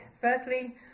Firstly